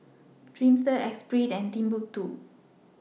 Dreamster Esprit and Timbuk two